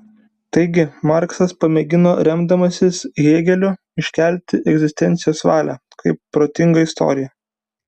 taigi marksas pamėgino remdamasis hėgeliu iškelti egzistencijos valią kaip protingą istoriją